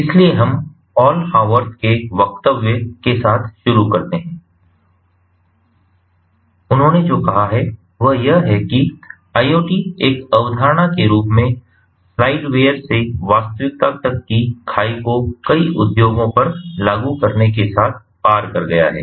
इसलिए हम Paul Haworth के वक्तव्य के साथ शुरू करते हैं और उन्होंने जो कहा है वह यह है कि IoT एक अवधारणा के रूप में स्लाइडवेयर से वास्तविकता तक की खाई को कई उद्योगों पर लागू करने के साथ पार कर गया है